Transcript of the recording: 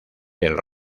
del